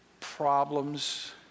problems